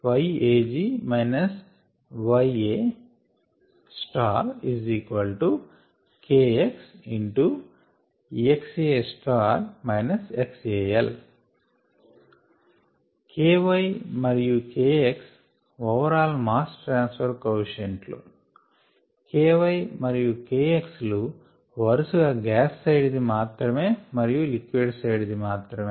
So if we write this in terms of the concentrations that can be measured it is KyyAG yA KxxA xAL Ky మరియు Kxఓవర్ all mass transfer coefficient లు Ky and Kx are the overall mass transfer coefficients ky మరియు kx లు వరుసగా gas side ది మాత్రమే మరియు liquid side ది మాత్రమే